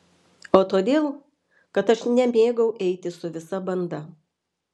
o todėl kad aš nemėgau eiti su visa banda